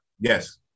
Yes